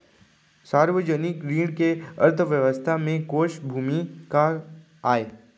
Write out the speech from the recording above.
सार्वजनिक ऋण के अर्थव्यवस्था में कोस भूमिका आय?